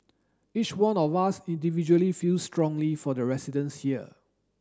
each one of us individually feels strongly for the residents here